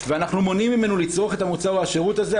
ואנחנו מונעים ממנו לצרוך את המוצר או השירות הזה,